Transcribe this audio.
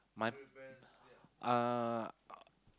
my uh